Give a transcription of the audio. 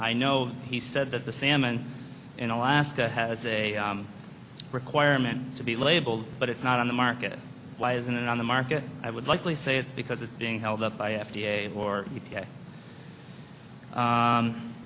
i know he said that the salmon in alaska has a requirement to be labeled but it's not on the market why isn't it on the market i would likely say it's because it's being held up by f d a or